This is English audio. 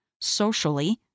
socially